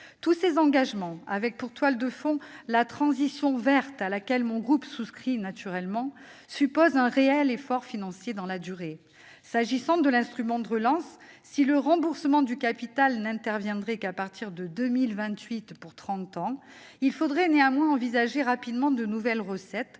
Tous ces engagements, avec pour toile de fond la transition verte, à laquelle mon groupe souscrit naturellement, supposent un réel effort financier dans la durée. S'agissant de l'instrument de relance, si le remboursement du capital n'intervenait qu'à partir de 2028 pour trente ans, il faudrait néanmoins envisager rapidement de nouvelles recettes